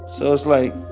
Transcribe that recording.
so it's like,